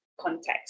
context